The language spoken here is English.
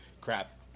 crap